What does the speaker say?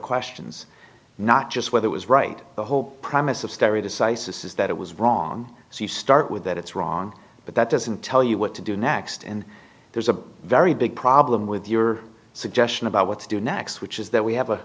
questions not just whether it was right the whole premise of story decisis is that it was wrong so you start with that it's wrong but that doesn't tell you what to do next and there's a very big problem with your suggestion about what to do next which is that we have a